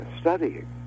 studying